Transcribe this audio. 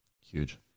Huge